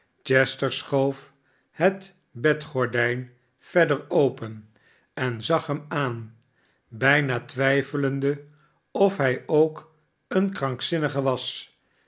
chester schoof het bedgordijn verder open en zag hem aan bijna twijfelende of hij ook een krankzinnige was